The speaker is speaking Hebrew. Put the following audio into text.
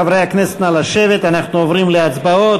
חברי הכנסת, נא לשבת, אנחנו עוברים להצבעות.